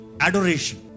Adoration